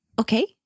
Okay